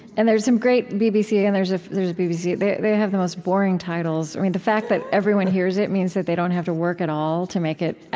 and there's some great bbc and there's ah a bbc they they have the most boring titles. the fact that everyone hears it means that they don't have to work at all to make it